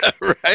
Right